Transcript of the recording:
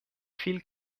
viel